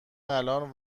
الان